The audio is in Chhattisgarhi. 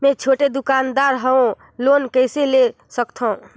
मे छोटे दुकानदार हवं लोन कइसे ले सकथव?